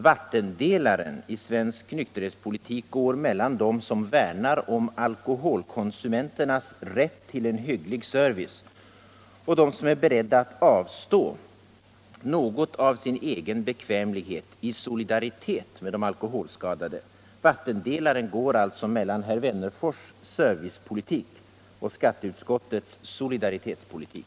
Vattendelaren i svensk nykterhetspolitik går mellan dem som värnar om alkoholkonsumenternas rätt till en hygglig service och dem som är beredda att avstå något av sin egen bekvämlighet i solidaritet med de alkoholskadade. Vattendelaren går alltså mellan herr Wennerfors servicepolitik och skatteutskottets solidaritetspolitik.